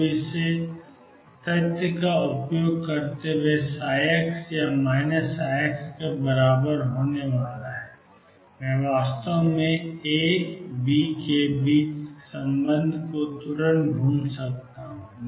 अब इस तथ्य का उपयोग करते हुए कि ψ या ψ के बराबर होने वाला है मैं वास्तव में AB के बीच के संबंध को तुरंत ढूंढ सकता हूं